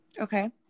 Okay